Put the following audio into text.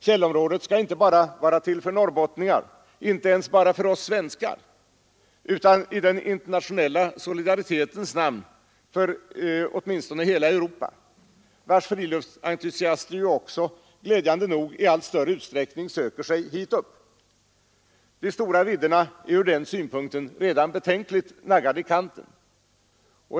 Fjällområdet skall inte bara vara till för norrbottningar, inte ens bara för oss svenskar, utan i den internationella solidaritetens namn för åtminstone hela Europa, vars friluftsentusiaster också, glädjande nog, i allt större utsträckning söker sig hit upp. De stora vidderna är från den synpunkten redan betänkligt naggade i kanten.